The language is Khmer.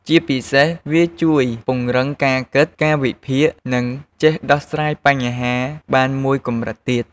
ជាពិសេស វាជួយពង្រឹងការគិត ការវិភាគ និងចេះដោះស្រាយបញ្ហាបានមួយកម្រិតទៀត។